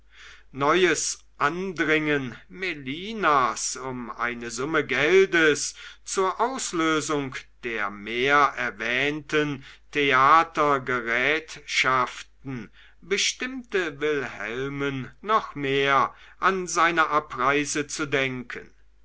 neues andringen melinas um eine summe geldes zur auslösung der mehrerwähnten theatergerätschaften bestimmte wilhelmen noch mehr an seine abreise zu denken